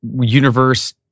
universe